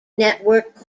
network